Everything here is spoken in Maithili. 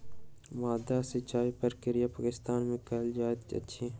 माद्दा सिचाई प्रक्रिया पाकिस्तान में कयल जाइत अछि